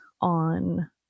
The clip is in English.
on